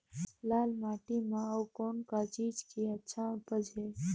लाल माटी म अउ कौन का चीज के अच्छा उपज है?